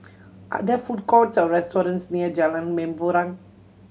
are there food courts or restaurants near Jalan Mempurong